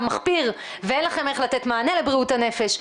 מחפיר ואין לכם איך לתת מענה לבריאות הנפש,